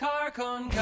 Carcon